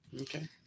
okay